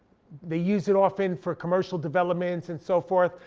they use it often for commercial developments and so forth.